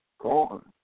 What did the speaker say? gone